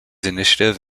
initiative